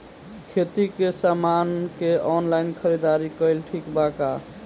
खेती के समान के ऑनलाइन खरीदारी कइल ठीक बा का?